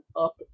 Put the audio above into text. up